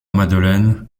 madeleine